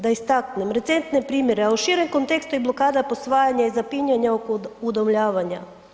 Da istaknem recentne primjere a u širem kontekstu i blokada posvajanja i zapinjanja kod udomljavanja.